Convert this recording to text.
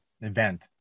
event